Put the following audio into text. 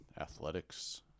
athletics